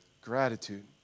Gratitude